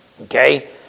Okay